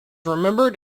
remembered